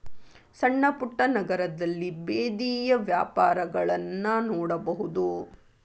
ಸಣ್ಣಪುಟ್ಟ ನಗರದಲ್ಲಿ ಬೇದಿಯ ವ್ಯಾಪಾರಗಳನ್ನಾ ನೋಡಬಹುದು